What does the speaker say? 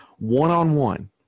one-on-one